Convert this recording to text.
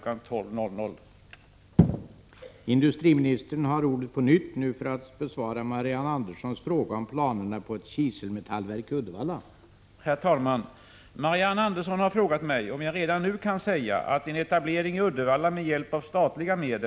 12.00.